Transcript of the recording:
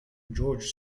george